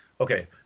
okay